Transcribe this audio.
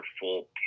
full